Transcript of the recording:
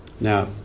Now